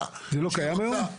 שנהגו ככה.